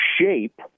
shape